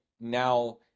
now